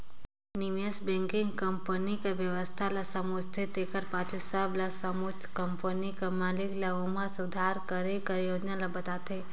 निवेस बेंकिग हर कंपनी कर बेवस्था ल समुझथे तेकर पाछू सब ल समुझत कंपनी कर मालिक ल ओम्हां सुधार करे कर योजना ल बताथे